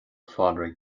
phádraig